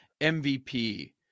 MVP